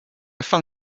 放弃